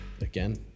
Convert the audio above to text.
again